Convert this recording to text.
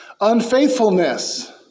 Unfaithfulness